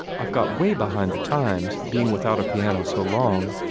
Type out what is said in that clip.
i've got way behind the times, being without a piano so long.